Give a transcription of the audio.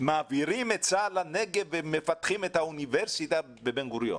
שמעבירים את צה"ל לנגב ומפתחים את האוניברסיטה בבן גוריון.